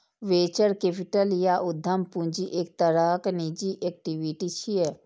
venture capital या उद्यम पूंजी एक तरहक निजी इक्विटी छियै